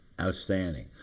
Outstanding